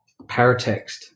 paratext